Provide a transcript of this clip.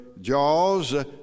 Jaws